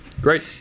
Great